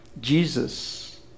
Jesus